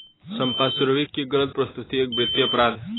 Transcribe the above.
संपार्श्विक की गलत प्रस्तुति एक वित्तीय अपराध है